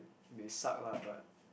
it may suck lah but